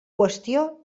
qüestió